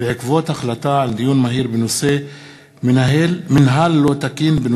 בעקבות דיון מהיר בהצעתם של